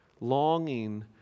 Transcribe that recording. longing